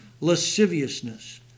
Lasciviousness